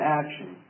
action